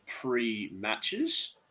pre-matches